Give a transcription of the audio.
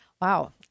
Wow